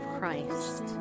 Christ